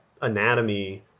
anatomy